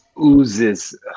oozes